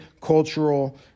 cultural